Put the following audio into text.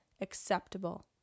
acceptable